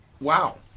Wow